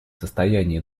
состоянии